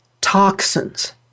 toxins